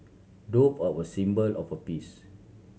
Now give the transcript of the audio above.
dove are a symbol of a peace